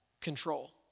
control